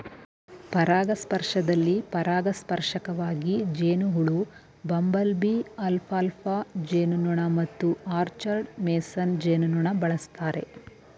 ಪರಾಗಸ್ಪರ್ಶದಲ್ಲಿ ಪರಾಗಸ್ಪರ್ಶಕವಾಗಿ ಜೇನುಹುಳು ಬಂಬಲ್ಬೀ ಅಲ್ಫಾಲ್ಫಾ ಜೇನುನೊಣ ಮತ್ತು ಆರ್ಚರ್ಡ್ ಮೇಸನ್ ಜೇನುನೊಣ ಬಳಸ್ತಾರೆ